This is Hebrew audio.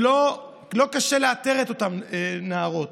לא קשה לאתר את אותן נערות.